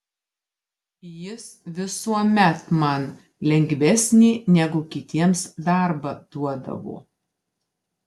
jis visuomet man lengvesnį negu kitiems darbą duodavo